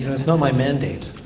it's not my mandate